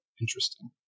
Interesting